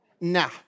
Nah